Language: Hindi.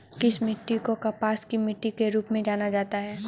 किस मिट्टी को कपास की मिट्टी के रूप में जाना जाता है?